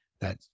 that-